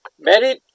Married